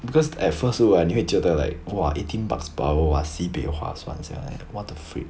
because at first look ah 你会觉得 like !wah! eighteen bucks per hour !wah! sibei 划算 sia like what the freak